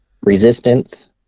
resistance